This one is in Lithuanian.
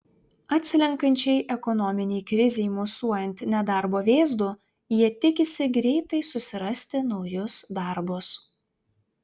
atslenkančiai ekonominei krizei mosuojant nedarbo vėzdu jie tikisi greitai susirasti naujus darbus